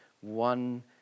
one